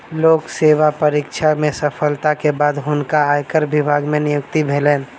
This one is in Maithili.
लोक सेवा परीक्षा में सफलता के बाद हुनका आयकर विभाग मे नियुक्ति भेलैन